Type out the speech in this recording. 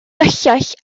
gyllell